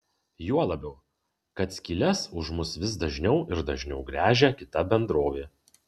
juo labiau kad skyles už mus vis dažniau ir dažniau gręžia kita bendrovė